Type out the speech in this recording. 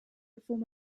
before